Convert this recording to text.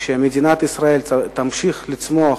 שמדינת ישראל תמשיך לצמוח,